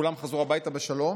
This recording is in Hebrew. כולם חזרו ממנה הביתה בשלום,